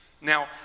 Now